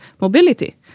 mobility